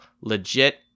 legit